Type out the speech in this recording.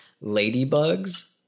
Ladybug's